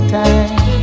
time